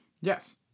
Yes